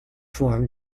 formed